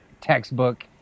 textbook